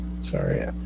Sorry